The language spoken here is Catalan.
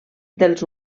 dels